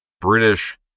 british